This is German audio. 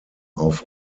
auf